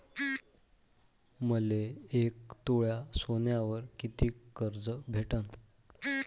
मले एक तोळा सोन्यावर कितीक कर्ज भेटन?